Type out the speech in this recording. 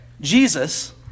Jesus